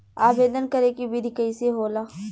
आवेदन करे के विधि कइसे होला?